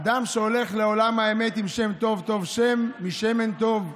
אדם שהולך לעולם האמת עם שם טוב, טוב שם משמן טוב,